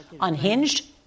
unhinged